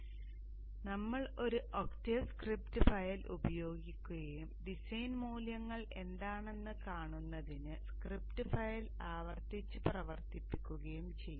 അതിനാൽ ഞങ്ങൾ ഒരു ഒക്ടേവ് സ്ക്രിപ്റ്റ് ഫയൽ ഉപയോഗിക്കുകയും ഡിസൈൻ മൂല്യങ്ങൾ എന്താണെന്ന് കാണുന്നതിന് സ്ക്രിപ്റ്റ് ഫയൽ ആവർത്തിച്ച് പ്രവർത്തിപ്പിക്കുകയും ചെയ്യും